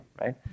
right